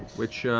which,